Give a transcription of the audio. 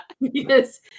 yes